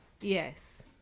yes